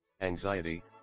Anxiety